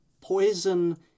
poison